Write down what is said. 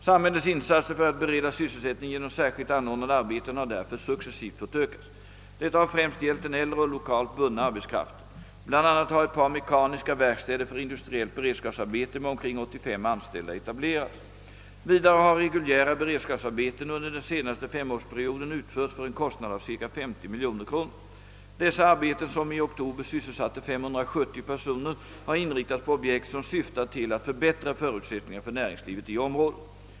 Samhällets insatser för att bereda sysselsättning genom särskilt anordnade arbeten har därför successivt fått ökas. Detta har främst gällt den äldre och lokalt bundna arbetskraften. Bl. a. har ett par mekaniska verkstäder för industriellt beredskapsarbete med omkring 85 anställda etablerats. Vidare har reguljära beredskapsarbeten under den senaste femårsperioden utförts för en kostnad av cirka 50 miljoner kronor. Dessa arbeten, som i oktober sysselsatte 570 personer, har inriktats på objekt som syftat till att förbättra förutsättningarna för näringslivet i området.